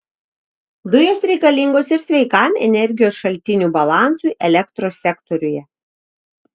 dujos reikalingos ir sveikam energijos šaltinių balansui elektros sektoriuje